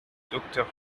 docteur